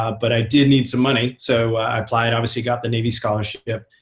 ah but i did need some money. so i applied, obviously, got the navy scholarship.